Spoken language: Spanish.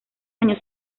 año